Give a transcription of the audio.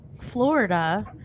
Florida